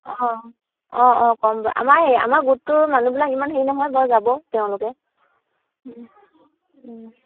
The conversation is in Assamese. অঁ অঁ অঁ ক'ম বাৰু আমাৰ এই আমাৰ গোটটোৰ মানুহবিলাক ইমান হেৰি নহয় বাৰু যাব তেওঁলোকে